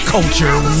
Culture